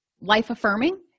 life-affirming